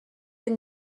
این